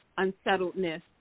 unsettledness